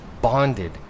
bonded